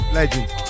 Legend